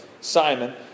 Simon